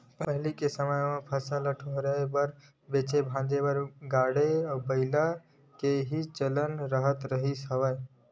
पहिली के समे म फसल पानी ल डोहारे बर बेंचे भांजे बर बरोबर गाड़ा बइला के ही चलन राहत रिहिस हवय